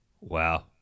Wow